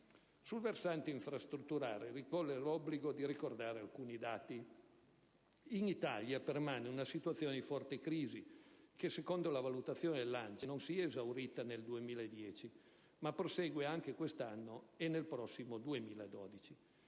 Sul versante infrastrutturale ricorre l'obbligo di ricordare alcuni dati. In Italia permane una situazione di forte crisi che, secondo le valutazione dell'ANCE, non si è esaurita nel 2010 ma prosegue anche quest'anno e nel prossimo 2012.